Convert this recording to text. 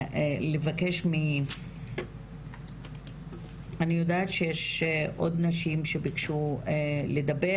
לבקש אני יודעת שעוד נשים שביקשו לדבר